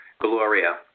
Gloria